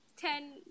ten